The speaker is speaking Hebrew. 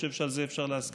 אני חושב שעל זה אפשר להסכים,